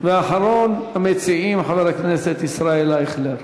ואחרון המציעים, חבר הכנסת ישראל אייכלר.